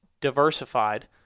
diversified